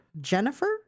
Jennifer